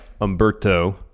Umberto